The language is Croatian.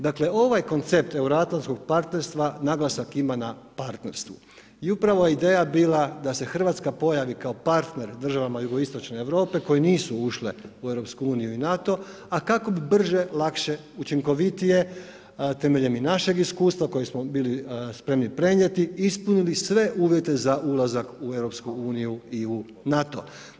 Dakle, ovaj koncept euroatlantskog partnerstva, naglasak ima na partnerstvu i upravo je ideja bila da se Hrvatska pojavi kao partner državama jugoistočne Europe koje nisu ušle u EU i NATO, a kako bi brže, lakše, učinkovitije, temeljem i našeg iskustva, koje smo bili spremni prenijeti, ispunili sve uvijete za ulazak u EU i NATO.